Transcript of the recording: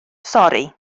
sori